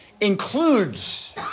includes